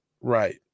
Right